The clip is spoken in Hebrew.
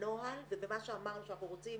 ובנוהל ובמה שאמרנו שאנחנו רוצים